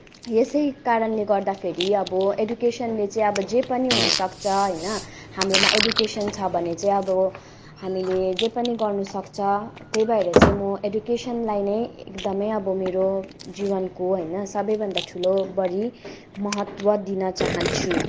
यसै कारणले गर्दाखेरि अब एजुकेसनले चाहिँ अब जे पनि हुन सक्छ होइन हामीहरूमा एजुकेसन छ भने चाहिँ अब हामीले जे पनि गर्न सक्छ त्यही भएर चाहिँ म एजुकेसनलाई नै एकदमै अब मेरो जीवनको होइन सबैभन्दा ठुलो बढी महत्त्व दिन चाहन्छु